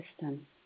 system